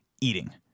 eating